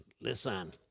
listen